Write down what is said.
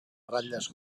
ratlles